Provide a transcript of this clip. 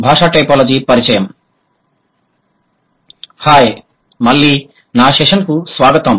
భాషా టైపోలాజీ పరిచయం హాయ్ మళ్ళీ నా సెషన్కు స్వాగతం